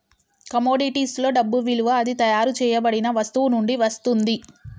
కమోడిటీస్లో డబ్బు విలువ అది తయారు చేయబడిన వస్తువు నుండి వస్తుంది